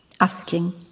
Asking